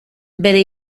bere